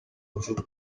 mufuka